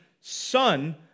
son